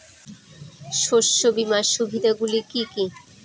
শস্য বীমার সুবিধা গুলি কি কি?